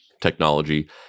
technology